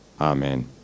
Amen